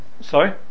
Sorry